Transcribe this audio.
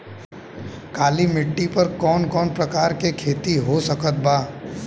काली मिट्टी पर कौन कौन प्रकार के खेती हो सकत बा?